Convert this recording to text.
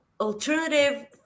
alternative